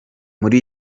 muri